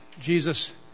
Jesus